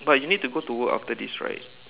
but you need to go to work after this right